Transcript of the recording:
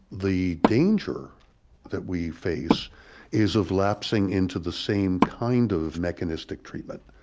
the danger that we face is of lapsing into the same kind of mechanistic treatment,